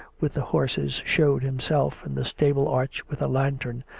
with the horses, showed himself in the stable-arch with a lantern,